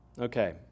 Okay